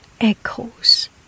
echoes